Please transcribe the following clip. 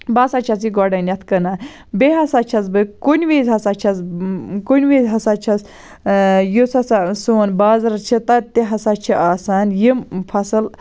بہٕ ہَسا چھَس یہِ گۄڈٕنیٚتھ کٕنان بیٚیہِ ہَسا چھَس بہٕ کُنہِ وِز ہَسا چھَس کُنہِ وِز ہَسا چھَس یُس ہَسا سون بازَر چھِ تَتتہِ ہَسا چھِ آسان یِم فصل